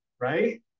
right